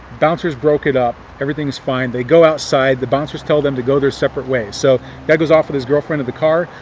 bouncers broke it up, everythingis fine. they go outside. the bouncers tell them to go their separate ways. so guy goes off with his girlfriend to the car.